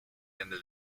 into